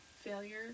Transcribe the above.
failure